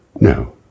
no